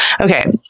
Okay